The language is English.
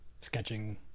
sketching